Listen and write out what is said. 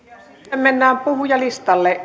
sitten mennään puhujalistalle